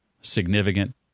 significant